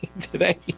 today